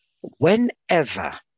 Whenever